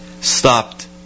stopped